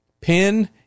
pin